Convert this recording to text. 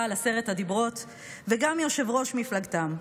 על עשרת הדיברות וגם יושב-ראש מפלגתם.